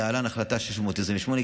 להלן: החלטה 628,